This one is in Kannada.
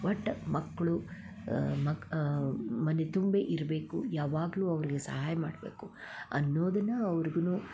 ಒಟ್ಟು ಮಕ್ಕಳು ಮಕ್ ಮನೆ ತುಂಬಿ ಇರ್ಬೇಕು ಯಾವಾಗ್ಲೂ ಅವ್ರಿಗೆ ಸಹಾಯ ಮಾಡಬೇಕು ಅನ್ನೋದನ್ನು ಅವ್ರ್ಗೂ